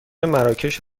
مراکش